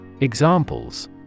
Examples